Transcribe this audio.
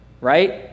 Right